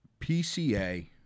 PCA